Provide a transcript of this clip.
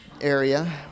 area